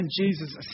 Jesus